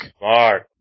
Mark